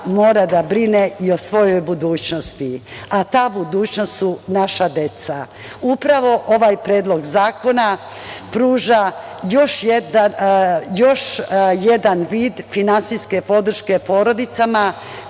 mora da brine i o svojoj budućnosti, a ta budućnost su naša deca. Upravo ovaj Predlog zakona pruža još jedan vid finansijske podrške porodicama